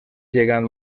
gegant